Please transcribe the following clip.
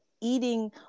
eating